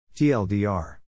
TLDR